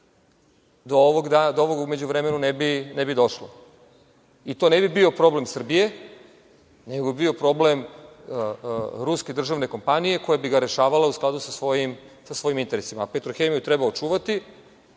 do ovoga u međuvremenu ne bi došlo. I to ne bi bio problem Srbije, nego bi bio problem Ruske državne kompanije koja bi ga rešavala u skladu sa svojim interesima.„Petrohemiju“ treba očuvati